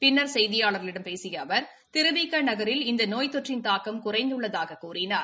பின்னா் செய்தியாளா்களிடம் பேசிய அவர் திருவிக நகரில் இந்த நோய் தொற்றின் தாக்கம் குறைந்துள்ளதாகக் கூறிளார்